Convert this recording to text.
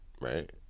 right